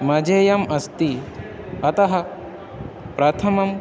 मह्यंम् अस्ति अतः प्रथमम्